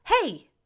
hey